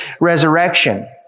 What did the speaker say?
resurrection